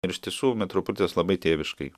ir iš tiesų metropolitas labai tėviškai